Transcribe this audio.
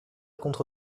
contre